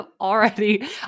already